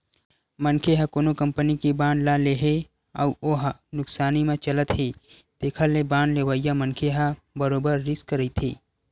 मनखे ह कोनो कंपनी के बांड ले हे अउ हो ह नुकसानी म चलत हे तेखर ले बांड लेवइया मनखे ह बरोबर रिस्क रहिथे